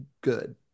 good